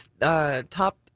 top